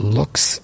looks